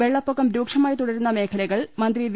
വെള്ളപ്പൊക്കം രൂക്ഷമായി തുടരുന്ന മേഖലകൾ മന്ത്രി വി